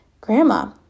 Grandma